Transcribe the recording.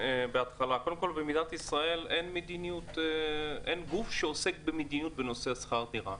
קודם כול במדינת ישראל אין גוף שעוסק במדיניות בנושא שכר הדירה.